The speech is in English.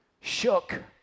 shook